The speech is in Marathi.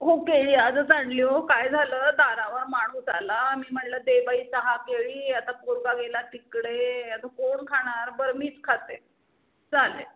हो केळी आजच आणली अहो काय झालं दारावर माणूस आला मी म्हणलं दे बाई सहा केळी आता पोरगा गेला तिकडे आता कोण खाणार बरं मीच खाते चालेल